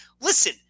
Listen